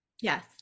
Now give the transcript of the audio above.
yes